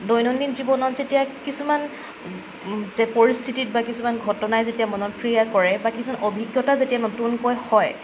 দৈনন্দিন জীৱনত যেতিয়া কিছুমান যে পৰিস্থিতিত বা কিছুমান ঘটনাই যেতিয়া মনত ক্ৰিয়া কৰে বা কিছুমান অভিজ্ঞতা যেতিয়া নতুনকৈ হয়